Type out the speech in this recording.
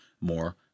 more